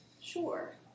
Sure